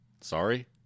Sorry